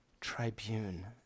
Tribune